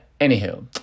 anywho